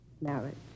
Marriage